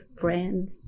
friends